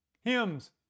hymns